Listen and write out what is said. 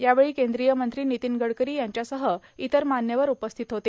यावेळी केंद्रीय मंत्री नितीन गडकरी यांच्यासह इतर मान्यवर उपस्थित होते